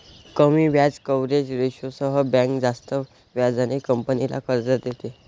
कमी व्याज कव्हरेज रेशोसह बँक जास्त व्याजाने कंपनीला कर्ज देते